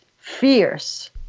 fierce